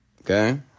okay